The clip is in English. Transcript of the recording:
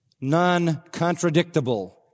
non-contradictable